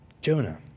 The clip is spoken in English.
Jonah